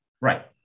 right